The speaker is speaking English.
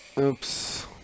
Oops